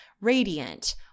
radiant